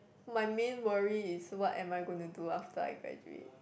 my main worry is what am I going to do after I graduate